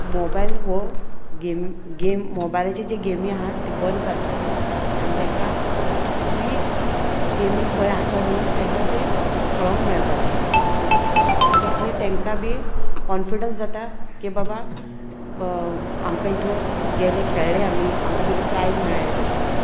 mobile हो game game मोबायलाचे जे गेमी आहात ते बंद करपाचें आनी तांकां फ्री गेमी खंय आसात न्हू तेंकां ते खेळोंक मेळपाचे म्हणट इतले तांकां बी कॉनफिडंस जाता की बाबा आमकां इतले गेले खेळ्ळे आमी आमकां कितें प्रायज मेळ्ळे तशें